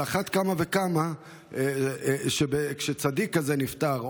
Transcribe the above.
על אחת כמה וכמה כשצדיק כזה נפטר,